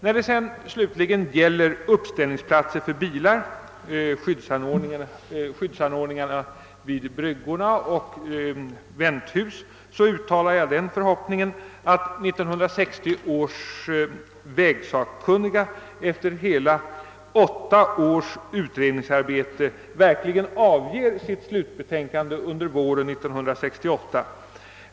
När det slutligen gäller uppställningsplatser för bilar, skyddsanordningar vid bryggorna och vänthus uttalar jag den förhoppningen, att 1960 års vägsakkunniga efter hela åtta års utredningsarbete verkligen skall avge sitt slutbetänkande under våren 1968.